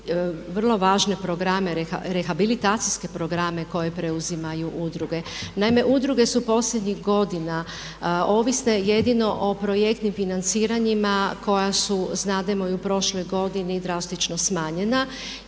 vrlo važne programe, rehabilitacijske programe koje preuzimaju udruge. Naime, udruge su posljednjih godina ovisne jedino o projektnim financiranjima koja su znademo i u prošloj godini drastično smanjena